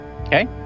Okay